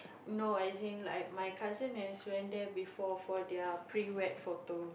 no as in like my cousin has went there for their pre wed photo